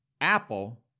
Apple